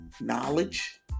knowledge